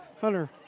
Hunter